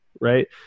right